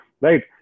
Right